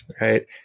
right